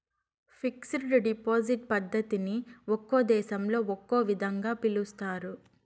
fixed deposit పద్ధతిని ఒక్కో దేశంలో ఒక్కో విధంగా పిలుస్తారు